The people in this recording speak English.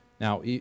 Now